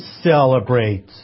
celebrate